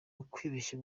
ukwibeshya